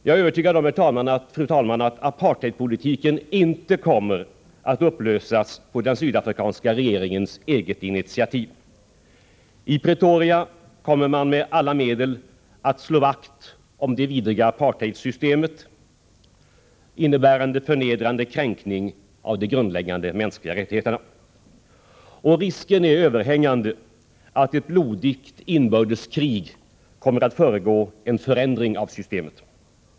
Jag är övertygad om att apartheidpolitiken inte kommer att upplösas på den sydafrikanska regeringens eget initiativ. I Pretoria kommer man med alla medel att slå vakt om det vidriga apartheidsystemet, innebärande förnedrande kränkning av de grundläggande mänskliga rättigheterna. Risken är överhängande att ett blodigt inbördeskrig kommer att föregå en förändring av systemet.